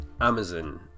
Amazon